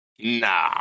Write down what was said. Nah